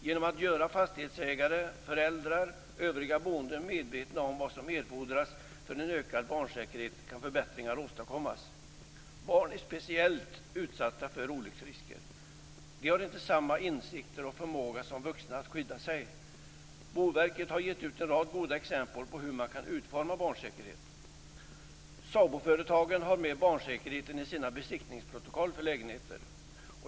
Genom att göra fastighetsägare, föräldrar och övriga boende medvetna om vad som erfordras för en ökad barnsäkerhet kan förbättringar åstadkommas. Barn är speciellt utsatta för olycksrisker. De har inte samma insikter och förmåga som vuxna att skydda sig. Boverket har gett ut en rad goda exempel på hur man kan utforma barnsäkerhet. SABO-företagen har med barnsäkerheten i sina besiktningsprotokoll för lägenheter.